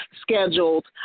scheduled